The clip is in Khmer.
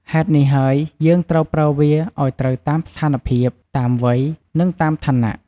ហេតុនេះហើយ យើងត្រូវប្រើវាឲ្យត្រូវតាមស្ថានភាព តាមវ័យ និងតាមឋានៈ។